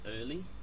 early